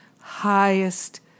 highest